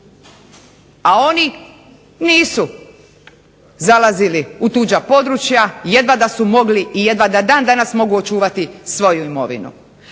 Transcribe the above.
A oni nisu zalazili u tuđa područja, jedva da su mogli, jedva da dan danas mogu očuvati svoju imovinu.